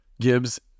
Gibbs